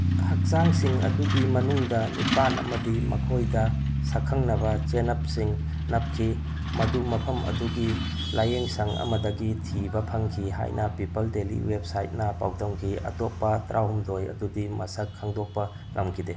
ꯍꯛꯆꯥꯡꯁꯤꯡ ꯑꯗꯨꯒꯤ ꯃꯅꯨꯡꯗ ꯅꯤꯄꯥꯟ ꯑꯃꯗꯤ ꯃꯈꯣꯏꯗ ꯁꯪꯈꯪꯅꯕ ꯆꯦꯅꯞꯁꯤꯡ ꯅꯞꯈꯤ ꯃꯗꯨ ꯃꯐꯝ ꯑꯗꯨꯒꯤ ꯂꯥꯏꯌꯦꯡꯁꯪ ꯑꯃꯗꯒꯤ ꯊꯤꯕ ꯐꯪꯈꯤ ꯍꯥꯏꯅ ꯄꯤꯄꯜ ꯗꯦꯂꯤ ꯋꯦꯕꯁꯥꯏꯠꯅ ꯄꯥꯎꯗꯝꯈꯤ ꯑꯇꯣꯞꯄ ꯇꯔꯥꯍꯨꯝꯗꯣꯏ ꯑꯗꯨꯗꯤ ꯃꯁꯛ ꯈꯪꯗꯣꯛꯄ ꯉꯝꯈꯤꯗꯦ